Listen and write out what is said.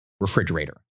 refrigerator